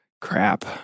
crap